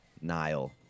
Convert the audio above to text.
nile